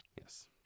yes